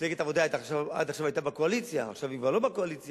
מפלגת העבודה היתה עד עכשיו בקואליציה ועכשיו היא כבר לא בקואליציה.